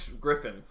Griffin